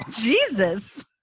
Jesus